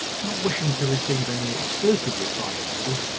not wishing to receive any exclusively private letters,